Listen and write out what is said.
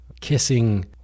kissing